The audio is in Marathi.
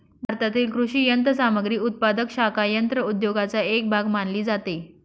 भारतातील कृषी यंत्रसामग्री उत्पादक शाखा यंत्र उद्योगाचा एक भाग मानली जाते